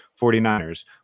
49ers